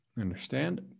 understand